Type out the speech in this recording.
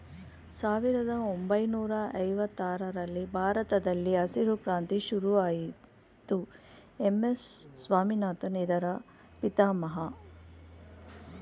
ಸಾವಿರದ ಒಂಬೈನೂರ ಐವತ್ತರರಲ್ಲಿ ಭಾರತದಲ್ಲಿ ಹಸಿರು ಕ್ರಾಂತಿ ಶುರುವಾಯಿತು ಎಂ.ಎಸ್ ಸ್ವಾಮಿನಾಥನ್ ಇದರ ಪಿತಾಮಹ